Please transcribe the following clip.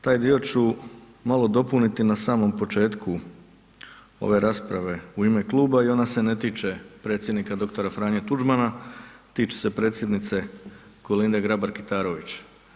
Taj dio ću malo dopuniti na samom početku ove rasprave u ime kluba i ona se ne tiče predsjednika dr. Franje Tuđmana, tiče se predsjednice Kolinde Grabar Kitarović.